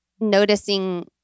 noticing